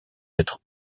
être